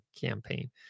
campaign